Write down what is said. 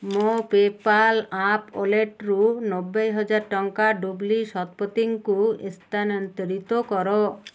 ମୋ PayPal app ୱାଲେଟ୍ରୁ ନବେହଜାର ଟଙ୍କା ଡୁବ୍ଲି ଶତପଥୀଙ୍କୁ ସ୍ଥାନାନ୍ତରିତ କର